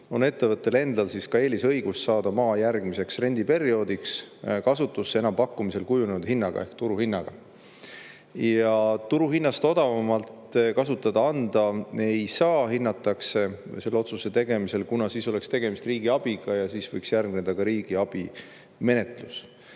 on ettevõttel endal eelisõigus saada maa järgmiseks rendiperioodiks kasutusse enampakkumisel kujunenud hinnaga ehk turuhinnaga. Turuhinnast odavamalt kasutada anda ei saa. Seda hinnatakse selle otsuse tegemisel. Muidu oleks tegemist riigiabiga ja võiks järgneda ka riigiabi menetlus.